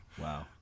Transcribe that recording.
Wow